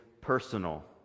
personal